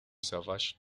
savage